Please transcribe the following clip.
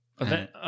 Okay